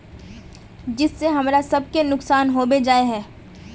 जिस से हमरा सब के नुकसान होबे जाय है?